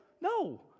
No